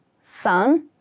sun